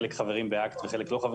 חלקם חברים באקט וחלקם לא,